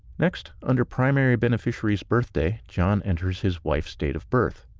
next, under primary beneficiary's birthday, john enters his wife's date of birth.